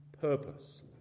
purpose